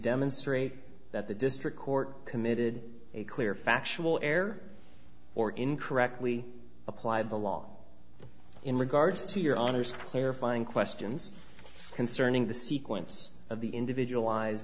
demonstrate that the district court committed a clear factual error or in correctly applied the law in regards to your honor's clarifying questions concerning the sequence of the individualized